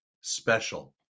special